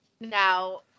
Now